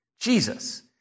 Jesus